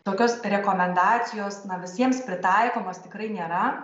tokios rekomendacijos na visiems pritaikomos tikrai nėra